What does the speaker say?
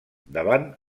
davant